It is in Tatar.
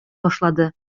башлады